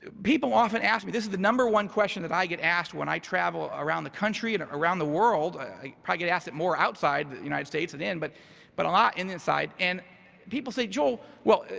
people often ask me, this is the number one question that i get asked when i travel around the country and around the world, i probably get asked it more outside the united states than in, but but a lot in this side and people say, joel, well,